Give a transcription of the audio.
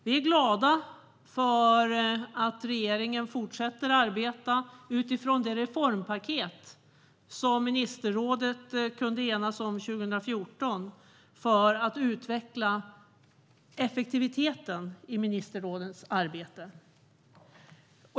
Vi är glada över att regeringen fortsätter arbeta utifrån det reformpaket som ministerrådet kunde enas om 2014 för att utveckla effektiviteten i ministerrådets arbete.